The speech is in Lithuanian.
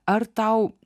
ar tau